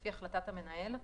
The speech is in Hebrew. לפי החלטת המנהל,